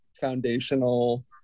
foundational